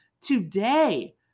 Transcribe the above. today